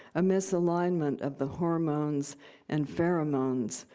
a misalignment of the hormones and pheromones,